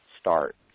start